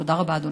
תודה רבה, אדוני.